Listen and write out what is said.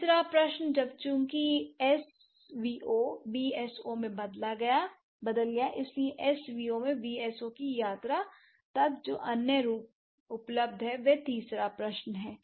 तीसरा प्रश्न अब चूंकि एसवीओ वीएसओ में बदल गया है इसलिए एसवीओ से वीएसओ की यात्रा तक जो अन्य रूप उपलब्ध हैं वह तीसरा प्रश्न है